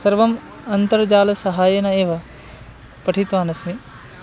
सर्वम् अन्तर्जालसहायेन एव पठितवान् अस्मि